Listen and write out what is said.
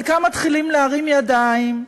חלקם מתחילים להרים ידיים.